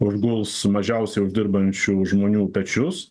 užguls mažiausiai uždirbančių žmonių pečius